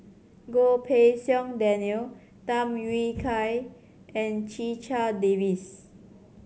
Goh Pei Siong Daniel Tham Yui Kai and Checha Davies